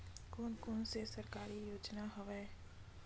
कोन कोन से सरकारी योजना हवय?